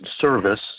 service